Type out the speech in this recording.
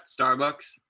Starbucks